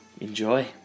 Enjoy